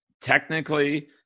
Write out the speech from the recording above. technically